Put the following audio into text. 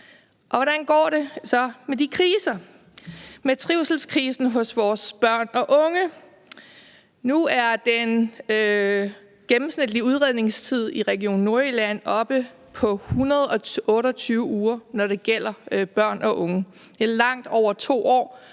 kriser, f.eks. med trivselskrisen hos vores børn og unge? Nu er den gennemsnitlige udredningstid i Region Nordjylland oppe på 128 uger, når det gælder børn og unge. Det er langt over 2 år,